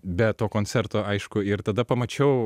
be to koncerto aišku ir tada pamačiau